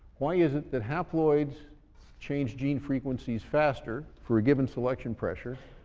why is it that haploids change gene frequencies faster, for given selection pressures,